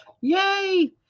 Yay